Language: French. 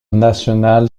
national